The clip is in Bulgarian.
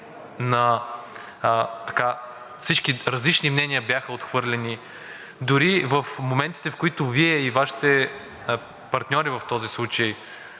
всички различни мнения бяха отхвърлени. Дори в моментите, в които Вие и Вашите партньори в този случай